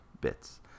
bits